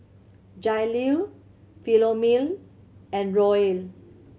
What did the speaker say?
Jailene Philomene and Roel